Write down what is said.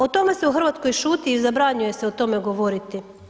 O tome se u Hrvatskoj šuti i zabranjuje se o tome govoriti.